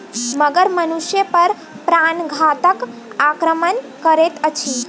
मगर मनुष पर प्राणघातक आक्रमण करैत अछि